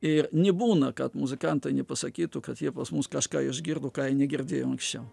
ir nibūna kad muzikantai nepasakytų kad jie pas mus kažką išgirdo ką jie negirdėjo anksčiau